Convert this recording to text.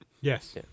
yes